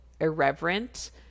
irreverent